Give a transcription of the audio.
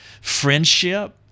Friendship